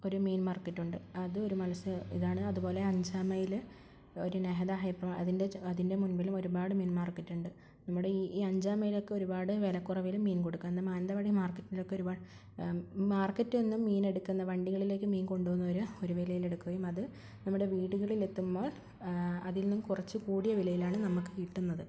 ഒരു മീൻ മാർക്കറ്റുണ്ട് അത് ഒരു മൽസ്യ ഇതാണ് അതുപോലെ അഞ്ചാം മൈൽ ഒരു നെഹല ഹൈപ്പർ അതിൻ്റെ അതിൻ്റെ മുൻപിലും ഒരുപാട് മീൻ മാർക്കറ്റുണ്ട് നമ്മുടെ ഈ ഈ അഞ്ചാം മൈലൊക്കെ ഒരുപാട് വിലക്കുറവിൽ മീൻ കൊടുക്കും എന്നാൽ മാനന്തവാടി മാർക്കറ്റിലൊക്കെ ഒരുപാട് മാർക്കറ്റിൽ നിന്നും മീനെടുക്കുന്ന വണ്ടികളിലേയ്ക്ക് മീൻ കൊണ്ടുപോകുന്നവർ ഒരു വിലയിൽ എടുക്കുകയും അത് നമ്മുടെ വീടുകളിലെത്തുമ്പോൾ അതിൽന്നും കുറച്ച് കൂടിയ വിലയിലാണ് നമ്മൾക്ക് കിട്ടുന്നത്